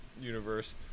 universe